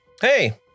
Hey